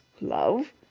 love